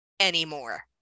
anymore